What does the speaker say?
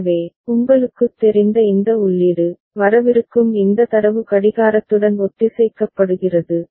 எனவே உங்களுக்குத் தெரிந்த இந்த உள்ளீடு வரவிருக்கும் இந்த தரவு கடிகாரத்துடன் ஒத்திசைக்கப்படுகிறது